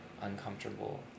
uncomfortable